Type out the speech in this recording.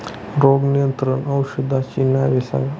रोग नियंत्रण औषधांची नावे सांगा?